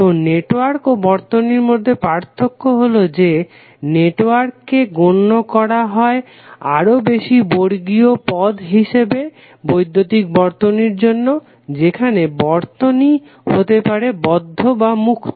তো নেটওয়ার্ক ও বর্তনীর মধ্যে পার্থক্য হলো যে নেটওয়ার্ক কে গণ্য করা হয় আরও বেশি বর্গীয় পদ হিসাবে বৈদ্যুতিক বর্তনীর জন্য যেখানে বর্তনী হতে পারে বদ্ধ বা মুক্ত